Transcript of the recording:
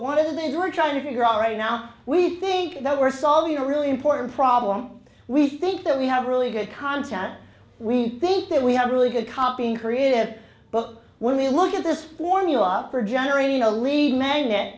what are they we're trying to figure out right now we think that we're solving a really important problem we think that we have really good content we think that we have a really good copy in korea but when we look at this formula for generating a lead magnet